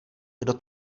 kdo